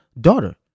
daughter